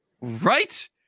Right